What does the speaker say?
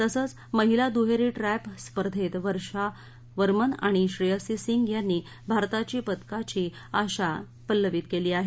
तसंच महिला दृहेरी ट्रॅप स्पर्धेत वर्षा वर्मन आणि श्रेयसी सिंग यांनी भारताची पदकाची आशा पल्लवित केली आहे